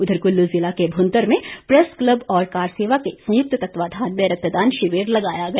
उधर कुल्लू जिला के भुंतर में प्रेस क्लब और कारसेवा के संयुक्त के तत्वावधान में रक्तदान शिविर लगाया गया